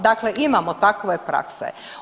Dakle, imamo takve prakse.